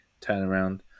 turnaround